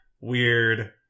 weird